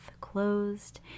closed